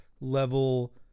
level